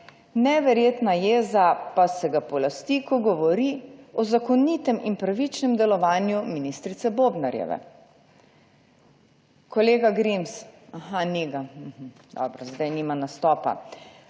neverjetna jeza pa se ga polasti, ko govori o zakonitem in pravičnem delovanju ministrice Bobnarjeve. Kolega Grims - aha, ni ga - dobro, zdaj nima nastopa.